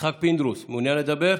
יצחק פינדרוס, מעוניין לדבר?